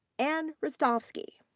anne rastovski.